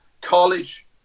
college